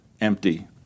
empty